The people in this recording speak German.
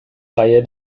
reihe